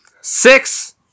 Six